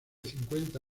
cincuenta